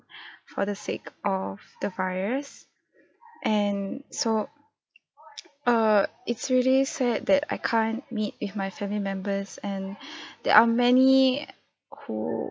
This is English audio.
for the sake of the virus and so err it's really sad that I can't meet with my family members and there are many who